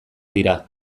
dira